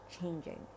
changing